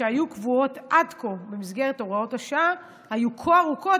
שהיו קבועות עד כה במסגרת הוראות השעה היו כה ארוכות,